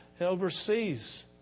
overseas